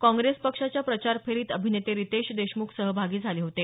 काँग्रेस पक्षाच्या प्रचार फेरीत अभिनते रितेश देशमुख सहभागी झाले होते